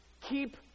Keep